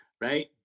right